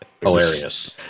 hilarious